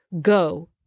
go